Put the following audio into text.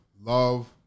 love